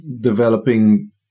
developing